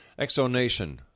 Exonation